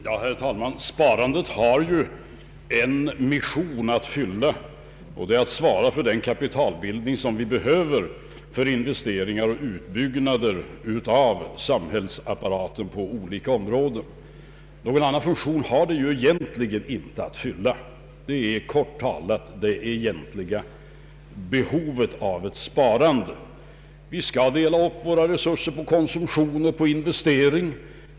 Herr talman! Sparandet har en mission att fylla, nämligen att svara för den kapitalbildning som vi behöver för investeringar och utbyggnader av samhällsapparaten på olika områden. Någon annan funktion har det egentligen inte. Detta är, kort talat, det egentliga behovet av ett sparande. Vi skall dela upp våra resurser på konsumtion och investering.